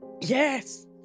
Yes